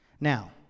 Now